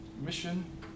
mission